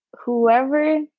whoever